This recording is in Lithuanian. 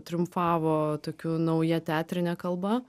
triumfavo tokiu nauja teatrine kalba